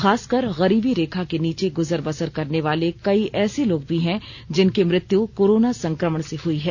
खासकर गरीबी रेखा के नीचे गुजर बसर करने वाले कई ऐसे लोग भी हैं जिनकी मृत्यु कोरोना संक्रमण से हुई है